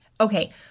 Okay